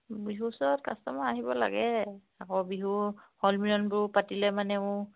বিহুৰ ওচৰত কাষ্টমাৰ আহিব লাগে আকৌ বিহু সন্মিলনবোৰো পাতিলে মানেও